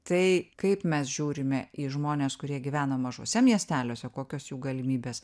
tai kaip mes žiūrime į žmones kurie gyvena mažuose miesteliuose kokios jų galimybės